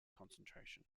concentration